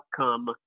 outcome